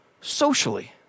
socially